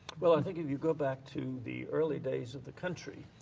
well, i think if you go back to the early days of the country,